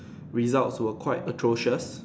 result were quite atrocious